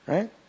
Right